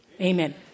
Amen